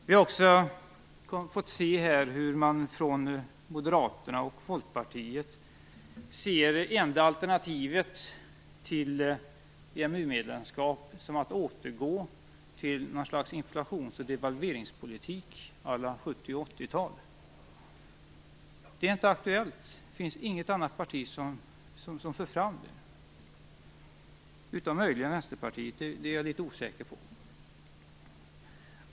Vi har också fått se hur Moderaterna och Folkpartiet ser att det enda alternativet till EMU-medlemskap är att återgå till något slags inflations och devalveringspolitik à la 70 och 80-tal. Det är inte aktuellt. Det finns inte något annat parti som för fram det, utom möjligen Vänsterpartiet. Det är jag litet osäker på.